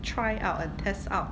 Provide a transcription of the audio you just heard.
try out uh test out